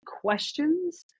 questions